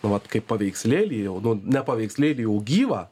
vat kaip paveikslėlį jau nu ne paveikslėlį o gyvą